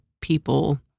people